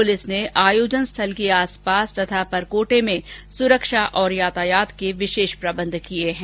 police ने आयोजन स्थल के आसपास तथा परकोटे में सुरक्षा और यातायात के विशेष प्रबंध किए हैं